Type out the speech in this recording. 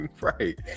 Right